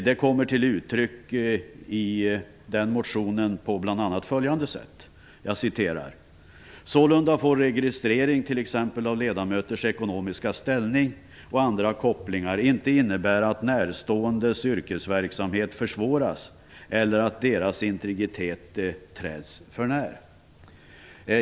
Det kommer till uttryck i motionen på bl.a. följande sätt: "Sålunda får registrering t.ex. av ledamöters ekonomiska ställning och andra kopplingar inte innebära att närståendes yrkesverksamhet försvåras eller att deras integritet träds för när."